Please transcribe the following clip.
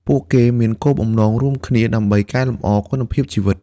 ពួកគេមានគោលបំណងរួមគ្នាដើម្បីកែលម្អគុណភាពជីវិត។